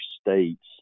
states